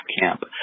camp